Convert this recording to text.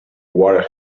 what